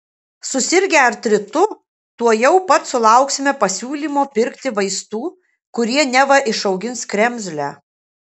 susirgę artritu tuojau pat sulauksime pasiūlymo pirkti vaistų kurie neva išaugins kremzlę